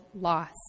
loss